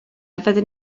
fydden